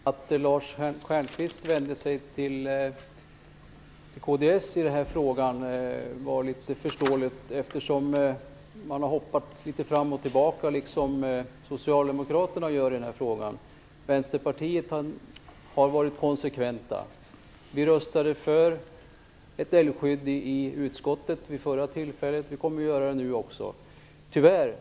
Herr talman! Att Lars Stjernkvist vände sig till kds i den här frågan var förståeligt, eftersom man har hoppat litet fram och tillbaka, liksom socialdemokraterna gör. Vänsterpartiet har varit konsekvent. Vi röstade för ett älvskydd i utskottet vid förra tillfället. Vi kommer att göra det nu också.